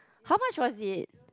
how much was it